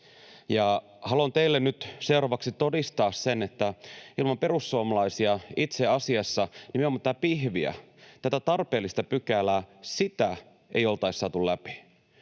Haluan teille nyt seuraavaksi todistaa sen, että itse asiassa ilman perussuomalaisia nimenomaan tätä pihviä, tätä tarpeellista pykälää, ei oltaisi saatu läpi.